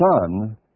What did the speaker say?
son